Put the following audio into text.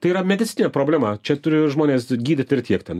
tai yra medicininė problema čia turiu žmones gydyti ir tiek ten